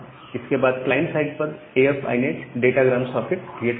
इसके बाद client side पर AF INET datagram socket create करते हैं